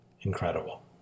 incredible